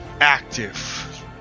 active